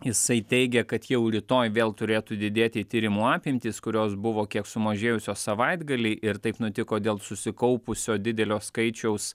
jisai teigia kad jau rytoj vėl turėtų didėti tyrimų apimtys kurios buvo kiek sumažėjusios savaitgalį ir taip nutiko dėl susikaupusio didelio skaičiaus